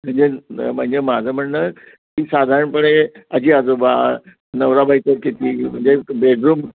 म्हणजे म्हणजे माझं म्हणणं की साधारणपणे आजी आजोबा नवरा बायको किती म्हणजे बेडरूम